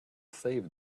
save